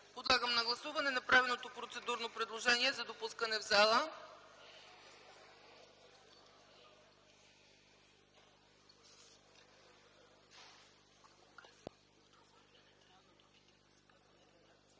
Подлагам на гласуване направеното процедурно предложение за допускане в